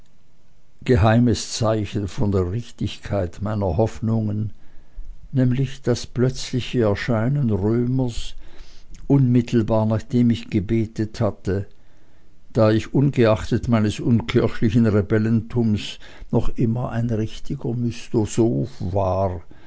geheimes zeichen von der richtigkeit meiner hoffnungen nämlich das plötzliche erscheinen römers unmittelbar nachdem ich gebetet hatte da ich ungeachtet meines unkirchlichen rebellentums noch immer ein richtiger mystosoph war